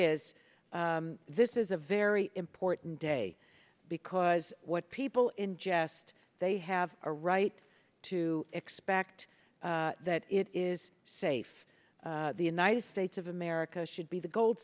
is this is a very important day because what people ingest they have a right to expect that it is safe the united states of america should be the gold